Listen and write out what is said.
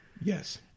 Yes